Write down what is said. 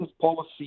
policy